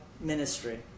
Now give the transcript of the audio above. ministry